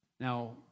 Now